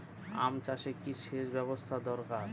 আম চাষে কি সেচ ব্যবস্থা দরকার?